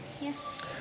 Yes